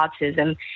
autism